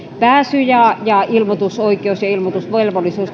pääsy ja terveydenhuoltohenkilökunnalla sitten taas ilmoitusoikeus ja ilmoitusvelvollisuus